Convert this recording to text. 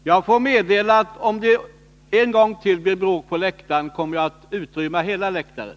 Om det på nytt uppkommer bråk bland åhörarna, kommer jag att låta utrymma läktaren.